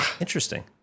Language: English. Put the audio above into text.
interesting